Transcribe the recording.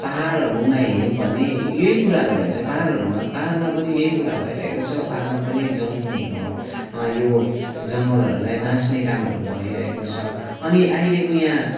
पाहाडहरूमा हेऱ्यौँ भने यही कुराहरू भेट्छ पाहाडहरूमा पाहाडमा पनि यही कुराहरू भइरहेको छ पाहाडमा पनि जङ यो जङ्गलहरूलाई मास्ने कामहरू भइरहेको छ अनि अहिलेको यहाँ